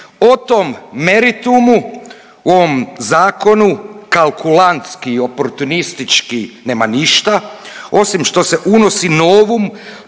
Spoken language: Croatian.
O tom meritumu u ovom zakonu kalkulantski i oportunistički nema ništa, osim što se unosi novum